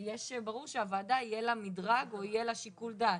אז ברור שהוועדה יהיה לה מדרג או שיקול דעת.